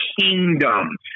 Kingdom